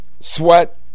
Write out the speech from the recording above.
sweat